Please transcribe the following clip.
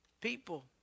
people